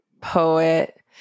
poet